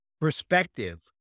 perspective